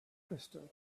crystal